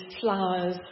flowers